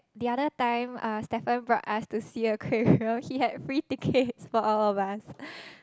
the other time uh Stephen brought us to sea aquarium he had free tickets for all of us